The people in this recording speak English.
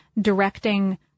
directing